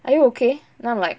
are you okay then I'm like